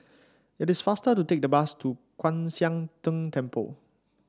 it is faster to take the bus to Kwan Siang Tng Temple